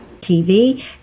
TV